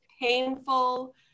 painful